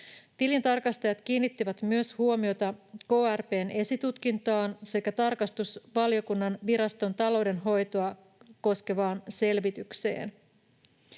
Tilintarkastajat kiinnittivät myös huomiota krp:n esitutkintaan sekä tarkastusvaliokunnan viraston taloudenhoitoa koskevaan selvitykseen.